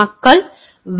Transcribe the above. பின்னர் பார்ப்போம்